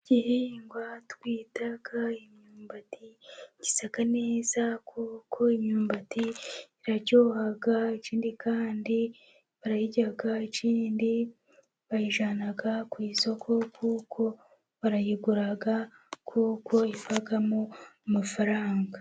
Igihingwa twita imyumbati gisa neza, kuko imyumbati iraryoha. Ikindi kandi barayirya ikindi bayijyana ku isoko, kuko barayigura kuko ivamo amafaranga.